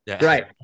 Right